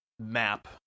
map